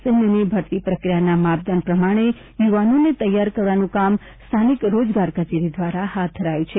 સૈન્યની ભરતી પ્રક્રિયાના માપદંડ પ્રમાણે યુવાનોને તેયાર કરવાનું કામ સ્થાનિક રોજગાર કચેરી દ્વારા હાથ ધરાયું છે